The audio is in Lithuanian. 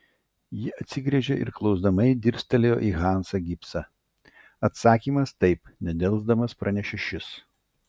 ji atsigręžė ir klausiamai dirstelėjo į hansą gibsą atsakymas taip nedelsdamas pranešė šis